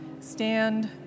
stand